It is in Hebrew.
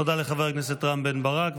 תודה לחבר הכנסת רם בן ברק,